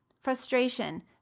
frustration